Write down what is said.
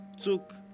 Took